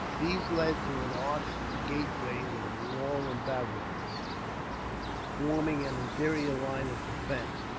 these led to an arched gateway, with a wall and battlements forming an interior line of defence,